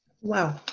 Wow